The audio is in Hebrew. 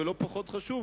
ולא פחות חשוב,